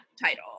title